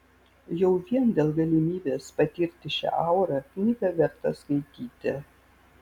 jau vien dėl galimybės patirti šią aurą knygą verta skaityti